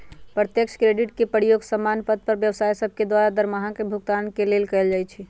प्रत्यक्ष क्रेडिट के प्रयोग समान्य पर व्यवसाय सभके द्वारा दरमाहा के भुगतान के लेल कएल जाइ छइ